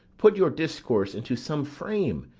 put your discourse into some frame,